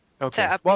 Okay